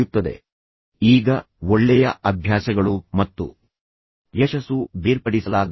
ಈಗ ನಾನು ಕೊನೆಯ ಉಪನ್ಯಾಸದಲ್ಲಿ ಮಾತನಾಡಿದ ಇನ್ನೊಂದು ಪ್ರಮುಖ ಅಂಶವೆಂದರೆ ಒಳ್ಳೆಯ ಅಭ್ಯಾಸಗಳು ಮತ್ತು ಯಶಸ್ಸು ಬೇರ್ಪಡಿಸಲಾಗದವು